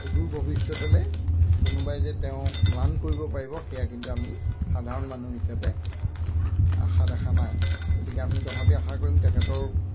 অদূৰ ভৱিষ্যতলে কোনোবাই যে তেওঁক ম্লান কৰিব পাৰিব সেয়া কিন্তু আমি সাধাৰণ মানুহ হিচাপে আশা দেখা নাই গতিকে আমি তথাপি আশা কৰিম তেখেতৰ